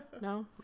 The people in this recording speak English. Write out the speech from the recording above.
no